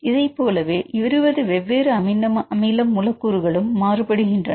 இதைப்போலவே மற்ற 20 வெவ்வேறு அமினோ அமில மூலக்கூறுகளும் மாறுபடுகின்றன